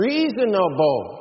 Reasonable